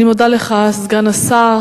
אני מודה לך, סגן השר.